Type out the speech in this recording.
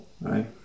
Right